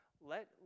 Let